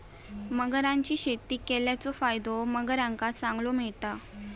मगरांची शेती केल्याचो फायदो मगरांका चांगलो मिळता